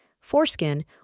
foreskin